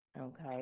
Okay